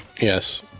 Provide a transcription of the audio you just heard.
Yes